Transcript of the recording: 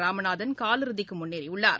Ramanathan காலிறுதிக்குமுன்னேறியுள்ளார்